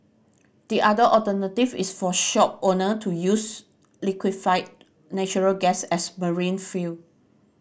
the other alternative is for shopowner to use liquefied natural gas as marine fuel